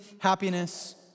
happiness